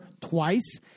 twice